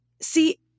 See